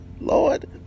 Lord